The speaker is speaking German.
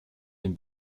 den